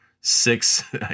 six